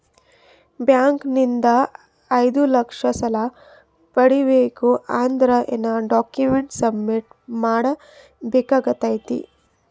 Bank ನಿಂದ ಐದು ಲಕ್ಷ ಸಾಲ ಪಡಿಬೇಕು ಅಂದ್ರ ಏನ ಡಾಕ್ಯುಮೆಂಟ್ ಸಬ್ಮಿಟ್ ಮಾಡ ಬೇಕಾಗತೈತಿ?